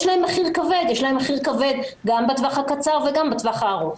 יש להן מחיר כבד גם בטווח הקצר וגם בטווח הארוך.